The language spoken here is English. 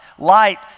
Light